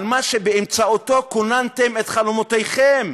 על מה שבאמצעותו כוננתם את חלומותיכם,